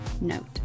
note